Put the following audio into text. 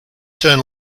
turn